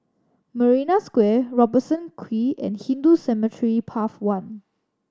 Marina Square Robertson Quay and Hindu Cemetery Path One